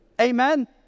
Amen